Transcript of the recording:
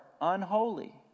unholy